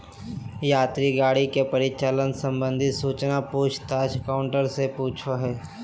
यात्री गाड़ी के परिचालन संबंधित सूचना पूछ ताछ काउंटर से पूछो हइ